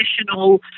additional